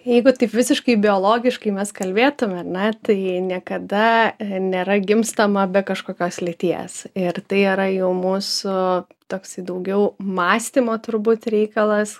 jeigu taip visiškai biologiškai mes kalbėtume ar ne tai niekada nėra gimstama be kažkokios lyties ir tai yra jau mūsų toksai daugiau mąstymo turbūt reikalas